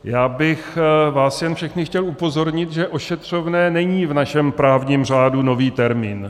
Já bych vás jen všechny chtěl upozornit, že ošetřovné není v našem právním řádu nový termín.